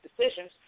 decisions